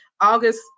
August